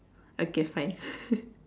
okay fine